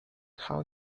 how